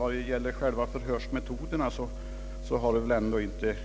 Vad gäller själva förhörsmetoderna har inte